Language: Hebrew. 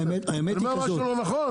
אני אומר משהו לא נכון?